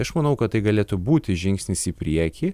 aš manau kad tai galėtų būti žingsnis į priekį